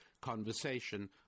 conversation